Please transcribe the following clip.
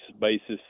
basis